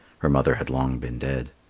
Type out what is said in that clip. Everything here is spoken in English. her mother had long been dead.